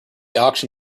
auction